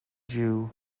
jew